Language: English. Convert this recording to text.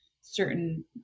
certain